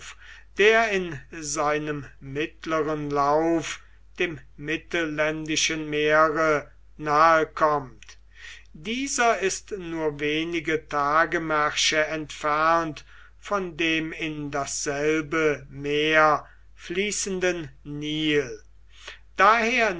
der in seinem mittleren lauf dem mittelländischen meere nahekommt dieser ist nur wenige tagemärsche entfernt von dem in dasselbe meer fließenden nil daher